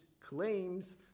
claims